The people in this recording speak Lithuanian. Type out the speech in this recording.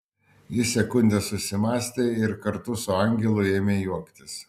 ji sekundę susimąstė ir kartu su angelu ėmė juoktis